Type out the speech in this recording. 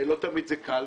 לא תמיד זה קל,